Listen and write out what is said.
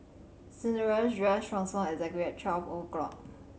Cinderella's dress transformed exactly at twelve o'clock